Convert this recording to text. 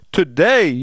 today